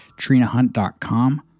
TrinaHunt.com